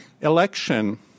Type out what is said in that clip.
election